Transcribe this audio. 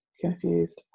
confused